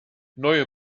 neue